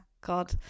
god